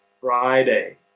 Friday